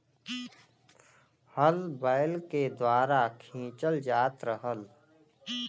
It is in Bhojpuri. हल बैल के द्वारा खिंचल जात रहल